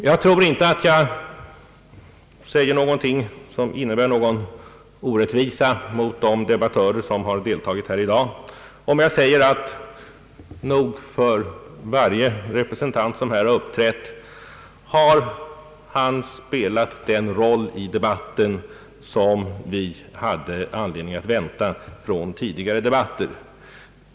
Jag tror inte att jag säger någonting som innebär någon orättvisa mot de debattörer, som har deltagit här i dag, om jag säger att nog varje representant som har uppträtt har spelat den roll i debatten som vi hade anledning att vänta från tidigare debatter.